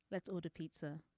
let's order pizza.